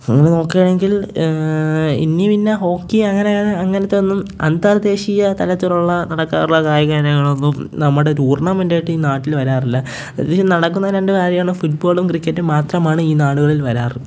അങ്ങനെ നോക്കുകയാണെങ്കില് ഇന്നീമിന്ന ഹോക്കിയങ്ങനെയായ അങ്ങനത്തെയൊന്നും അന്തര്ദേശീയ തലത്തിലുള്ള നടക്കാറുള്ള കായിക ഇനങ്ങളൊന്നും നമ്മുടെ റ്റൂര്ണമെന്റ്റായിട്ടീ നാട്ടിൽ വരാറില്ല പ്രത്യേച്ച് നടക്കുന്ന രണ്ട് കാര്യമാണ് ഫുട്ബോളും ക്രിക്കറ്റും മാത്രമാണ് ഈ നാടുകളില് വരാറ്